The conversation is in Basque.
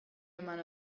eman